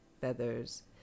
feathers